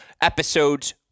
Episodes